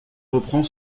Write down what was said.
reprend